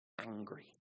angry